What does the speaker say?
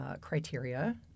criteria